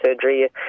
surgery